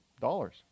dollars